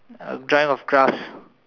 a drawing of glass